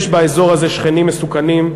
יש באזור הזה שכנים מסוכנים.